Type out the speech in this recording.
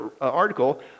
article